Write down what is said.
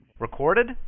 Recorded